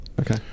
Okay